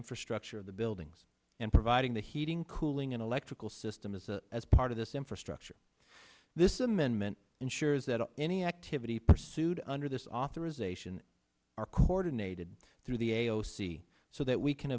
infrastructure of the buildings and providing the heating cooling and electrical system is a as part of this infrastructure this amendment ensures that any activity pursued under this authorization are coordinated through the a o c so that we can